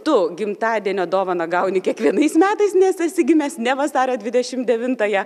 tu gimtadienio dovaną gauni kiekvienais metais nes esi gimęs ne vasario dvidešim devintąją